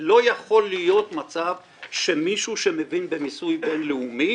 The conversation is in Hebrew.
לא יכול להיות מצב שמישהו שמבין במיסוי בינלאומי,